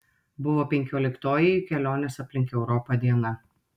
buvo penkioliktoji jų kelionės aplink europą diena